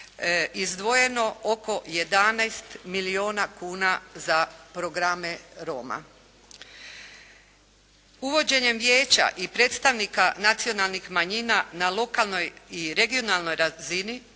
izdvojeno oko 11 milijuna kuna za programe Roma. Uvođenjem vijeća i predstavnika nacionalnih manjina na lokalnoj i regionalnoj razini,